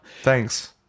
thanks